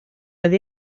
oedd